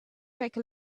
take